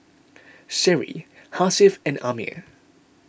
Seri Hasif and Ammir